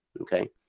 Okay